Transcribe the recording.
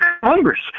Congress